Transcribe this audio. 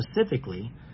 specifically